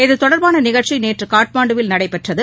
இது தொடர்பான நிகழ்ச்சி நேற்று காட்மாண்டுவில் நடைபெற்றது